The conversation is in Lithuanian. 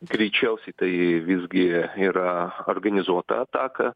greičiausiai tai visgi yra organizuota ataka